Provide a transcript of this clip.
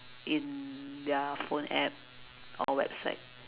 in their phone app or website